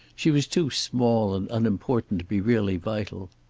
she was too small and unimportant to be really vital.